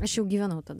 aš jau gyvenau tada